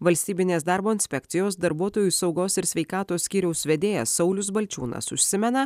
valstybinės darbo inspekcijos darbuotojų saugos ir sveikatos skyriaus vedėjas saulius balčiūnas užsimena